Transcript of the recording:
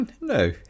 No